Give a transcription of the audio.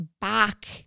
back